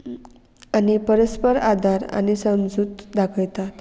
आनी परस्पर आदार आनी समजूत दाखयतात